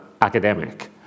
academic